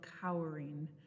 cowering